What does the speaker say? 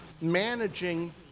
managing